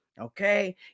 okay